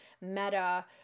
Meta